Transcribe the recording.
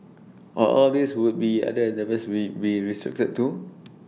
or all these would be be restricted too